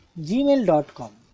gmail.com